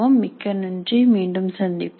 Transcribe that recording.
மிக்க நன்றி மீண்டும் சந்திப்போம்